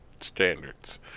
standards